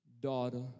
daughter